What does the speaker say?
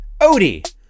Odie